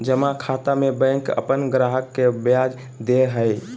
जमा खाता में बैंक अपन ग्राहक के ब्याज दे हइ